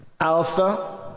Alpha